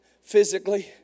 physically